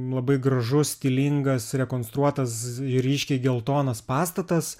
labai gražus stilingas rekonstruotas ryškiai geltonas pastatas